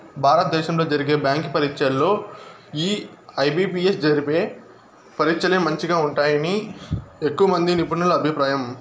భారత దేశంలో జరిగే బ్యాంకి పరీచ్చల్లో ఈ ఐ.బి.పి.ఎస్ జరిపే పరీచ్చలే మంచిగా ఉంటాయని ఎక్కువమంది నిపునుల అభిప్రాయం